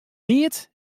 neat